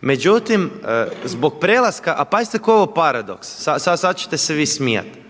Međutim, zbog prelaska, a pazite koji je ovo paradoks, sada ćete se vi smijati,